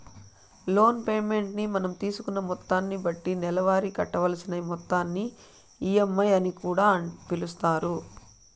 loan payment ని మనం తీసుకున్న మొత్తాన్ని బట్టి నెలవారీ కట్టవలసిన మొత్తాన్ని ఈ.ఎం.ఐ అని కూడా పిలుస్తారు